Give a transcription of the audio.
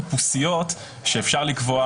ילדים עם טריגרים ופוסט-טראומה צריכים להתחבא